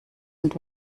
und